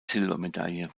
silbermedaille